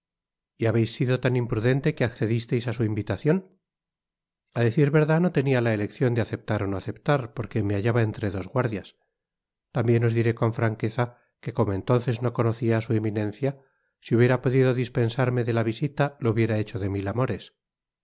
y habeis sido tan imprudente que accedisteis á su invitacion a decir verdad no tenia la eleccion de aceptar ó no aceptar porque me hallaba entre dos guardias tambien os diré con franqueza que como entonces no conocia á su eminencia si hubiera podido dispensarme de la visita lo hubiera hecho de mil amores